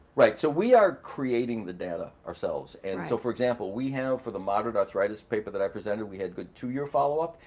right so we are creating the data ourselves and so for example we have for the moderate arthritis paper that i presented we had good two-year follow-up,